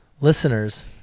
Listeners